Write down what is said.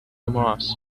moss